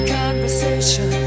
conversation